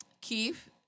Keith